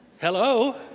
Hello